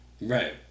right